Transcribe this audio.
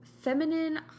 feminine